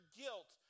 guilt